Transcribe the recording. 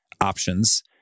options